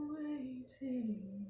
waiting